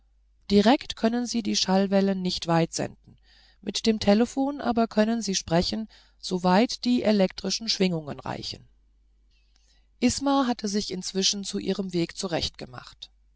direkt können sie die schallwellen nicht weit senden mit dem telephon aber können sie sprechen so weit die elektrischen schwingungen reichen isma hatte sich inzwischen zu ihrem weg zurecht